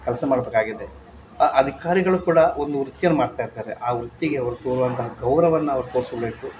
ಕೆಲಸ ಮಾಡಬೇಕಾಗಿದೆ ಆ ಅಧಿಕಾರಿಗಳು ಕೂಡ ಒಂದು ವೃತ್ತಿಯನ್ನು ಮಾಡ್ತಾ ಇರ್ತಾರೆ ಆ ವೃತ್ತಿಗೆ ಅವ್ರು ತೋರುವಂಥ ಗೌರವವನ್ನು ಅವ್ರು ತೋರಿಸಬೇಕು